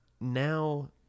now